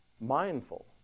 mindful